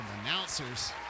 announcers